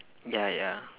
ya ya